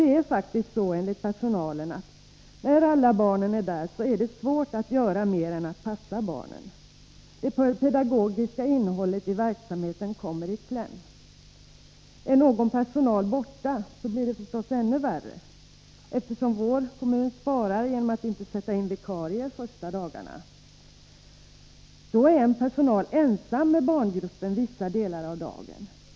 Men enligt personalen är det faktiskt så, att när alla barnen är där, är det svårt att göra mer än att passa barnen. Det pedagogiska innehållet i verksamheten kommer i kläm. Är någon av personalen borta, blir det förstås ännu värre, eftersom vår kommun sparar genom att inte sätta in vikarie under de första dagarna. Då är en person från personalen ensam med barngruppen vissa delar av dagen.